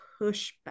pushback